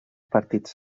partits